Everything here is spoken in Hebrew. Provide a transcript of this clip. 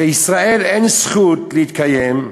לישראל אין זכות להתקיים,